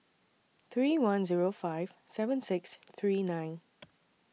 three one Zero five seven six three nine